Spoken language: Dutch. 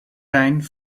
zijn